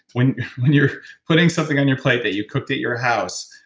when when you're putting something on your plate that you cooked at your house,